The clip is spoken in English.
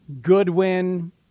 Goodwin